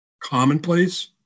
commonplace